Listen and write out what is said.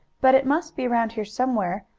but it must be around here somewhere.